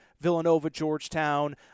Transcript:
Villanova-Georgetown